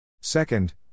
Second